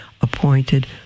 appointed